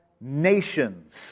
nations